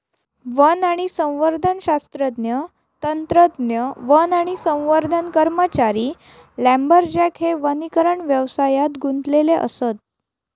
one आणि संवर्धन शास्त्रज्ञ, तंत्रज्ञ, वन आणि संवर्धन कर्मचारी, लांबरजॅक हे वनीकरण व्यवसायात गुंतलेले असत